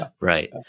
Right